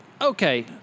okay